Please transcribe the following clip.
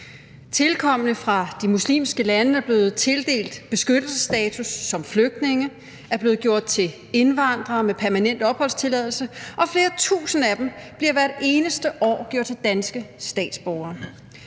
Tilkomne fra de muslimske lande er blevet tildelt beskyttelsesstatus som flygtninge, er blevet gjort til indvandrere med permanent opholdstilladelse, og flere tusinde af dem bliver hvert eneste år gjort til danske statsborgere.